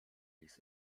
ließ